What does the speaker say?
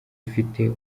ufite